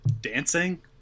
dancing